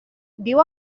viu